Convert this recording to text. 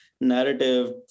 narrative